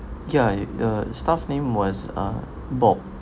ya it uh staff name was uh bob